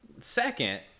second